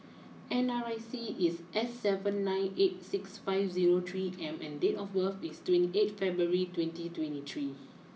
N R I C is S seven nine eight six five zero three M and date of birth is twenty eight February twenty twenty three